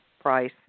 price